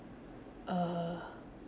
ugh